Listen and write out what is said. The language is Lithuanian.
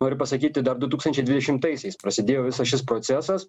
noriu pasakyti dar du tūkstančiai dvidešimtaisiais prasidėjo visas šis procesas